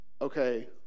okay